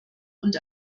und